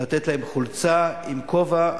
לתת להם חולצה עם כובע,